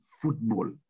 football